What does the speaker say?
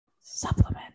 supplement